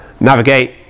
navigate